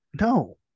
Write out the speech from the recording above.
No